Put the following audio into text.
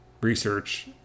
research